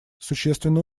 существенно